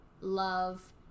love